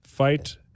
Fight